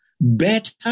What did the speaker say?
better